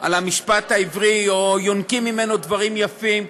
על המשפט העברי או יונקים ממנו דברים יפים,